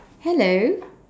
hello